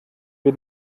wir